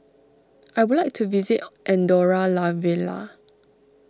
I would like to visit Andorra La Vella